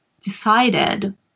decided